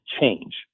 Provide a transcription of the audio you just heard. change